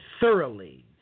thoroughly